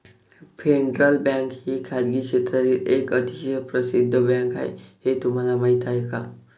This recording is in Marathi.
फेडरल बँक ही खासगी क्षेत्रातील एक अतिशय प्रसिद्ध बँक आहे हे तुम्हाला माहीत आहे का?